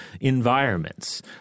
environments